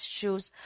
shoes